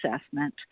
assessment